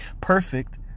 perfect